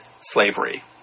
slavery